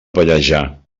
pallejà